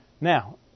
Now